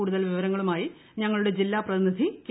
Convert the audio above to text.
കൂടുതൽ വിവരങ്ങളുമായി ഞങ്ങളുടെ ജില്ലാ പ്രതിനിധി കെ